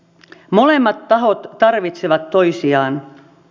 molemmat tahot tarvitsevat toisiaan